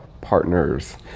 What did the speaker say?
partners